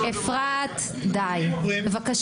ואף אחד מכם